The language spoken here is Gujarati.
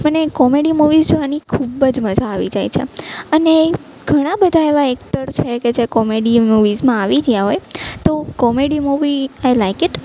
મને કોમેડી મુવીઝ જોવાની ખૂબ જ મજા આવી જાય છે અને એ ઘણાં બધાં એવા એક્ટર છે કે જે કોમેડી મુવીઝમાં આવી જ્યાં હોય તો comedy movie I like it